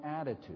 attitude